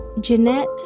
Jeanette